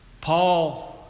Paul